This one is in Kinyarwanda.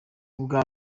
ubwa